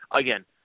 again